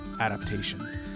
Adaptation